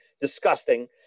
disgusting